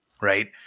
Right